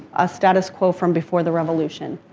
a status quo from before the revolution.